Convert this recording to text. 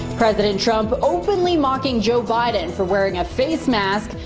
president trump openly mocking joe biden for wearing a face mask.